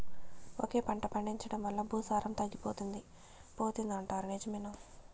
ఒకే పంట పండించడం వల్ల భూసారం తగ్గిపోతుంది పోతుంది అంటారు నిజమేనా